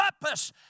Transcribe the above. purpose